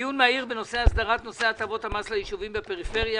דיון מהיר בנושא: "הסדרת נושא הטבות המס ליישובים בפריפריה".